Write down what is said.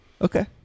Okay